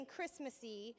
Christmassy